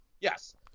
Yes